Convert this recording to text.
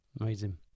Amazing